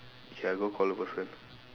okay I go call the person